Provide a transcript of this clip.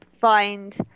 find